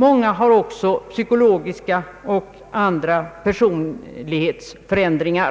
Många har också drabbats av psykologiska skador och andra personlighetsförändringar.